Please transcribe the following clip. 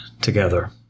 together